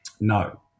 No